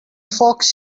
fox